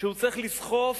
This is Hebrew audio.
שהוא צריך לסחוף